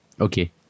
Okay